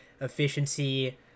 efficiency